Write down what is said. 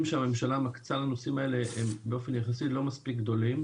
שהממשלה מקצה לנושאים האלה הם באופן יחסי לא מספיק גדולים.